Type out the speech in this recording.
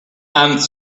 and